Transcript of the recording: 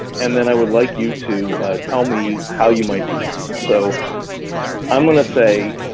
and then i would like you to tell me how you might do this. so i'm gonna say,